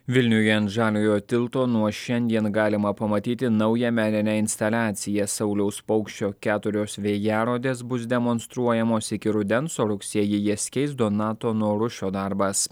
vilniuje ant žaliojo tilto nuo šiandien galima pamatyti naują meninę instaliaciją sauliaus paukščio keturios vėjarodės bus demonstruojamos iki rudens o rugsėjį jas keis donato norušio darbas